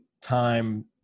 time